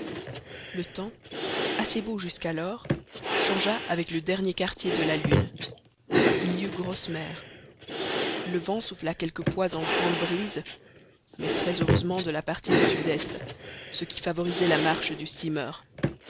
le temps assez beau jusqu'alors changea avec le dernier quartier de la lune il y eut grosse mer le vent souffla quelquefois en grande brise mais très heureusement de la partie du sud-est ce qui favorisait la marche du